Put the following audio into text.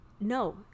no